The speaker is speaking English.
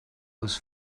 was